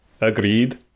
Agreed